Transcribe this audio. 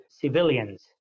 civilians